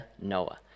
Noah